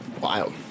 Wild